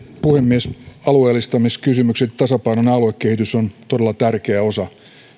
puhemies alueellistamiskysymykset ja tasapainoinen aluekehitys ovat todella tärkeä osa